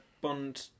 Bond